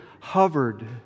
hovered